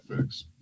fix